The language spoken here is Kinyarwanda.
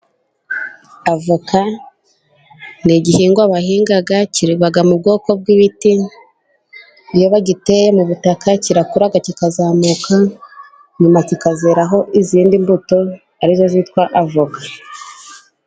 Avoka ni igihingwa bahinga kiba mu bwoko bw'ibiti, iyo bagiteye mu butaka kirakura kikazamuka nyuma kikazeraho izindi mbuto arizo zitwa avoka.